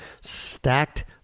stacked